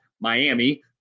Miami